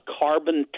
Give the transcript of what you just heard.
carbon